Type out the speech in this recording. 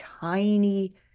tiny